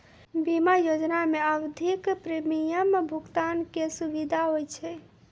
बीमा योजना मे आवधिक प्रीमियम भुगतान के सुविधा होय छै